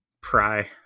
pry